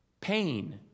pain